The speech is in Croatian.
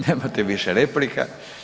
Nemate više replika.